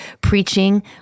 preaching